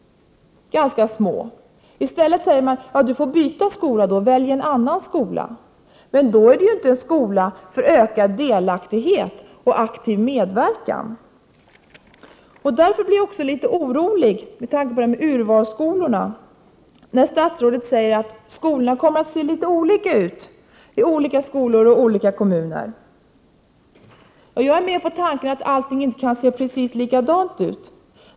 Ganska små! I stället säger man: Då får du byta skola. Välj en annan skola! Men då är det inte en skola för ökad delaktighet och aktiv medverkan. Därför blir jag också litet orolig med tanke på urvalsskolorna, när statsrådet säger att skolorna kommer att se litet olika ut i olika kommuner. Jag är med på tanken att allting inte kan se precis likadant ut.